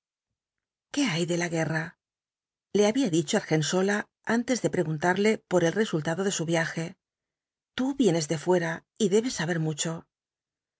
qué hay de la guerra le había dicho argensola antes de preguntarle por el resultado de su viaje tú vienes de fuera y debes saber mucho